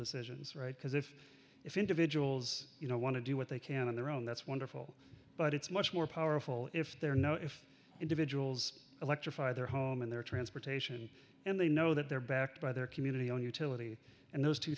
decisions right because if if individuals you know want to do what they can on their own that's wonderful but it's much more powerful if there are no if individuals electrify their home and their transportation and they know that they're backed by their community on utility and those two